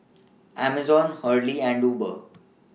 Amazon Hurley and Uber